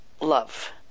love